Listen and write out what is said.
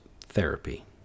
therapy